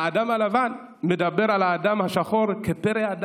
האדם הלבן מדבר על האדם השחור כפרא אדם,